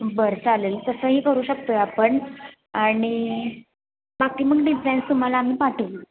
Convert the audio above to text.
बरं चालेल तसंही करू शकतो आहे आपण आणि बाकी मग डिझाईन्स तुम्हाला आम्ही पाठवू